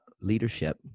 leadership